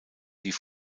die